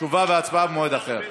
תשובה והצבעה במועד אחר.